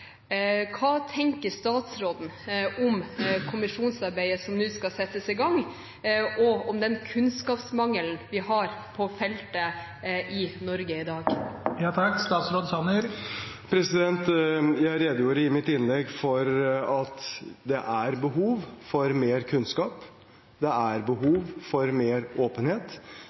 Hva tenker statsråden om kommisjonsarbeidet som nå skal settes i gang, og om den kunnskapsmangelen vi har på feltet i Norge i dag? Jeg redegjorde i mitt innlegg for at det er behov for mer kunnskap. Det er behov for mer åpenhet.